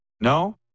No